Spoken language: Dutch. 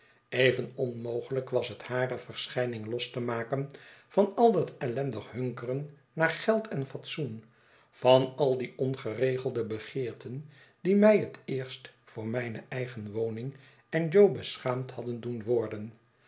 even onmogelijk was het hare verschijning los te maken van al dat ellendig hunkeren naar geld en fatsoen van al die ongeregelde begeerten die mij het eerst voor mijne eigen woning en jo beschaamd hadden doen worden